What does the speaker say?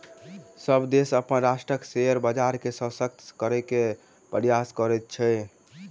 सभ देश अपन राष्ट्रक शेयर बजार के शशक्त करै के प्रयास करैत अछि